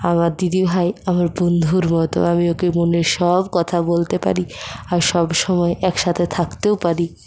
আমার দিদিভাই আমার বন্ধুর মতো আমি ওকে মনের সব কথা বলতে পারি আর সবসময় একসাথে থাকতেও পারি